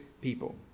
people